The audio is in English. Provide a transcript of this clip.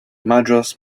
madras